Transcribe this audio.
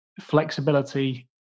flexibility